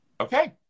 Okay